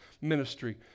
ministry